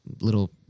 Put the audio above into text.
little